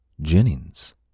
Jennings